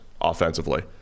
offensively